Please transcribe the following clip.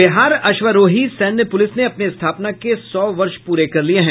बिहार अश्वारोही सैन्य पूलिस ने अपने स्थापना के सौ वर्ष पूरे कर लिये हैं